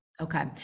okay